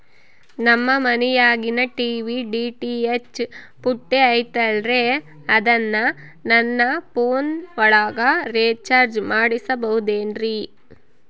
ನಮ್ಮ ಮನಿಯಾಗಿನ TV DTH ಪುಟ್ಟಿ ಐತಲ್ರೇ ಅದನ್ನ ನನ್ನ ಪೋನ್ ಒಳಗ ರೇಚಾರ್ಜ ಮಾಡಸಿಬಹುದೇನ್ರಿ?